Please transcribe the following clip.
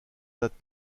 date